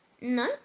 No